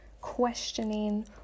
questioning